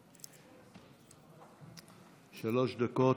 שלוש דקות.